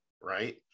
right